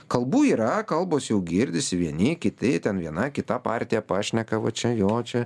kalbų yra kalbos jau girdisi vieni kiti ten viena kita partija pašneka va čia jo čia